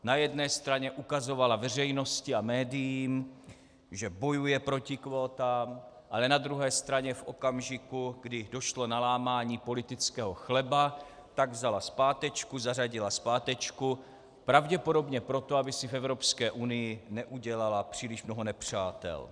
Na jedné straně ukazovala veřejnosti a médiím, že bojuje proti kvótám, ale na druhé straně v okamžiku, kdy došlo na lámání politického chleba, tak vzala zpátečku, zařadila zpátečku, pravděpodobně proto, aby si v Evropské unii neudělala příliš mnoho nepřátel.